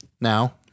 now